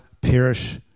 perish